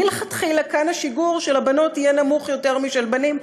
מלכתחילה כן השיגור של הבנות יהיה נמוך משל הבנים,